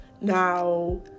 Now